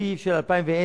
בתקציב של 2010,